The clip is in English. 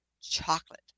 chocolate